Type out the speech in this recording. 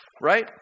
right